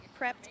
prepped